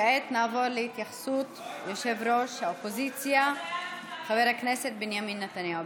כעת נעבור להתייחסות ראש האופוזיציה חבר הכנסת בנימין נתניהו.